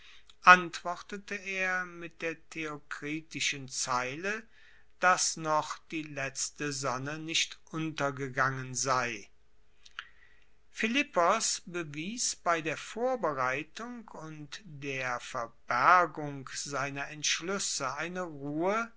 antwortete er mit der theokritischen zeile dass noch die letzte sonne nicht untergegangen sei philippos bewies bei der vorbereitung und der verbergung seiner entschluesse eine ruhe